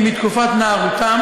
מתקופת נערותם